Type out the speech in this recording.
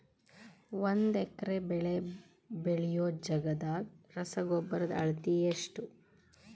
ಒಂದ್ ಎಕರೆ ಬೆಳೆ ಬೆಳಿಯೋ ಜಗದಾಗ ರಸಗೊಬ್ಬರದ ಅಳತಿ ಎಷ್ಟು?